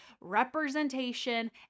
representation